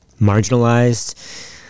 marginalized